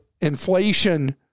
inflation